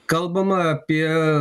kalbama apie